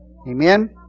Amen